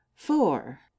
four